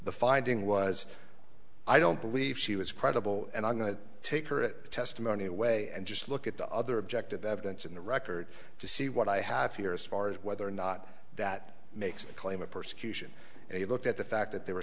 the finding was i don't believe she was credible and i'm going to take her testimony away and just look at the other objective evidence in the record to see what i have here as far as whether or not that makes a claim of persecution and you look at the fact that there were